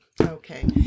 Okay